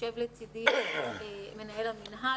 יושב לצדי מנהל המינהל,